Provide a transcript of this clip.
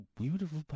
beautiful